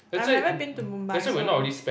I've never been to Mumbai so